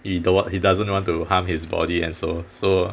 he doesn't want to harm his body and so so